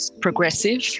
progressive